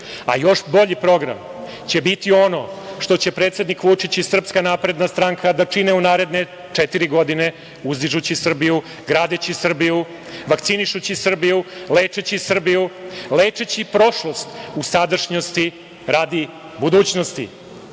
bolji program će biti ono što će predsednik Vučić i Srpska napredna stranka da čine u naredne četiri godine uzdižući Srbiju, gradeći Srbiju, vakcinišući Srbiju, lečeći Srbiju, lečeći prošlost u sadašnjosti radi budućnosti. Predaja,